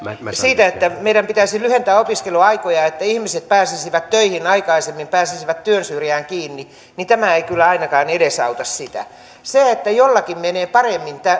siitä että meidän pitäisi lyhentää opiskeluaikoja että ihmiset pääsisivät töihin aikaisemmin pääsisivät työn syrjään kiinni niin tämä ei kyllä ainakaan edesauta sitä se että joillakin menee paremmin